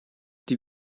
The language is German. die